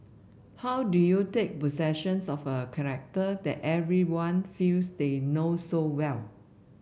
how do you take possession of a character that everyone feels they know so well